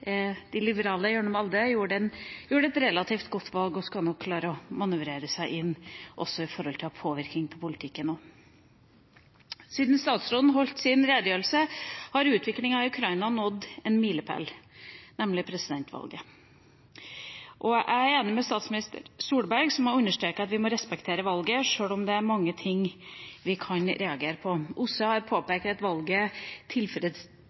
de liberale, gjennom ALDE, gjorde et relativt godt valg og nok skal klare å manøvrere seg inn med hensyn til påvirkning på politikken også. Siden statsråden holdt sin redegjørelse, har utviklinga i Ukraina nådd en milepæl, nemlig presidentvalget. Jeg er enig med statsminister Solberg, som har understreket at vi må respektere valget, sjøl om det er mange ting vi kan reagere på. OSSE har